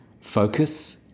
Focus